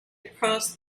across